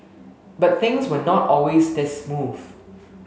but things were not always this smooth